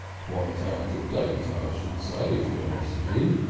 quite out of date ah i should say if you asked me.